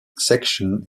section